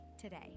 today